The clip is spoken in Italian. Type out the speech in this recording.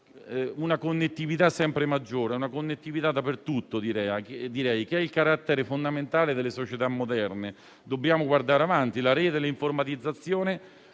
una connettività sempre maggiore e diffusa ovunque, che è il carattere fondamentale delle società moderne. Dobbiamo guardare avanti: la rete e l'informatizzazione